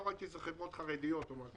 לא ראיתי חברות חרדיות או משהו כזה.